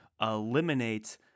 eliminate